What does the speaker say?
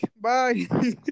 Bye